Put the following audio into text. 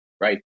right